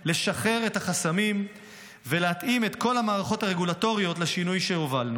לשחרר את החסמים ולהתאים את כל המערכות הרגולטוריות לשינוי שהובלנו.